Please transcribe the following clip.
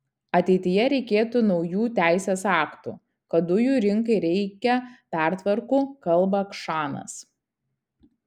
ateityje reikėtų naujų teisės aktų kad dujų rinkai reikia pertvarkų kalba kšanas